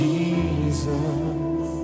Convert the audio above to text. Jesus